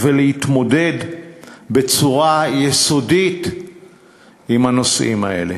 להתמודד בצורה יסודית עם הנושאים האלה.